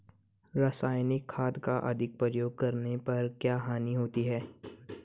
रासायनिक खाद का अधिक प्रयोग करने पर क्या हानि होती है?